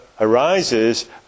arises